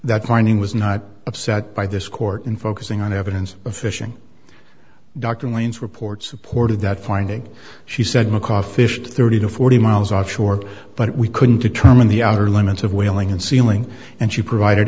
that mining was not upset by this court in focusing on evidence of fishing dr lane's report supported that finding she said mccaw fish thirty to forty miles offshore but we couldn't determine the outer limits of whaling and sealing and she provided